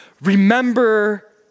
remember